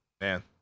Man